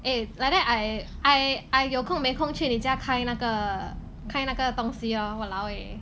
eh like that I I I 有空没空去你家开那个开那个东西 lor !walao! eh